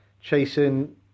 chasing